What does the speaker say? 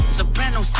Soprano